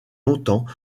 longtemps